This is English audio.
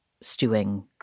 stewing